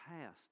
past